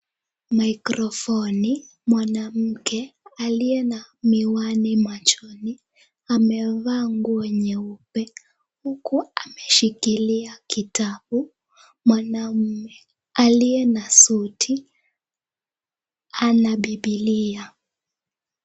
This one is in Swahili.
Mikrofoni , mwanamke aliye na miwani machoni, amevaa nguo nyeupe huku ameshikilia kitabu. Mwanamme aliye na suti anabibilia.